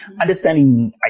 understanding